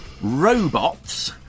robots